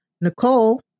Nicole